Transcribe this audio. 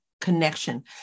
connection